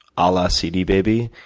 ah la cdbaby?